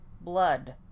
blood